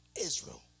Israel